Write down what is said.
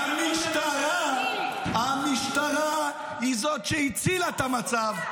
המשטרה היא שהצילה את המצב במשמרת שלי.